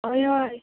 हय हय